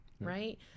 right